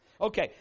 Okay